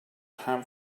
ham